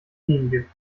gegengift